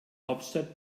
hauptstadt